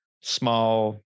small